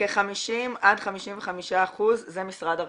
-- כ-50% עד 55% זה משרד הרווחה,